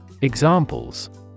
Examples